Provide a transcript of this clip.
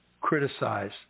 criticize